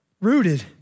Rooted